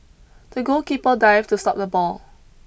the goalkeeper dived to stop the ball